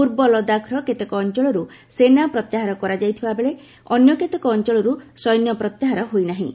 ପୂର୍ବ ଲଦାଖ୍ର କେତେକ ଅଞ୍ଚଳରୁ ସେନା ପ୍ରତ୍ୟାହାର କରାଯାଇଥିବାବେଳେ କେତେକ ଅଞ୍ଚଳରୁ ସୈନ୍ୟ ପ୍ରତ୍ୟାହାର ହୋଇ ନାହିଁ